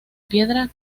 piedra